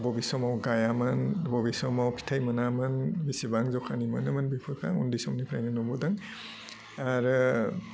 बबे समाव गाइयामोन बबे समाव फिथाइ मोनामोन बेसेबां जखानि मोनोमोन बेफोरखौ आं उन्दै समनिफ्रायनो नुबोदों आरो